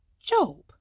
Job